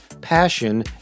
Passion